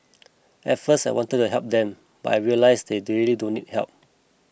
at first I wanted to help them but I realised they really don't need help